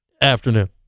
afternoon